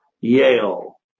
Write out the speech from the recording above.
Yale